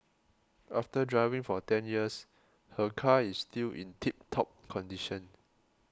after driving for ten years her car is still in tip top condition